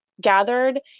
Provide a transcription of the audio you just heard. gathered